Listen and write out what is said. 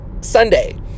Sunday